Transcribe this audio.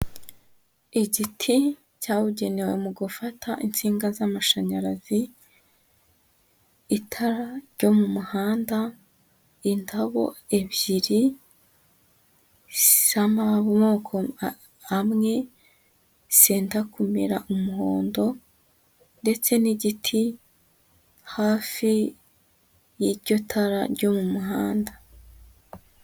Igiti cyabugenewe mu gufata insinga z'amashanyarazi, itara ryo mu muhanda, indabo ebyiri, z'amoko amwe, zenda kumera umuhondo, ndetse n'igiti, hafi y'iryo tara ryo mu muhanda.